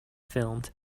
filmed